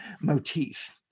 motif